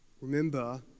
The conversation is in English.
Remember